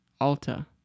Alta